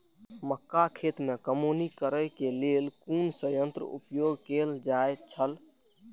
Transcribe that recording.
मक्का खेत में कमौनी करेय केय लेल कुन संयंत्र उपयोग कैल जाए छल?